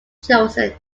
chosen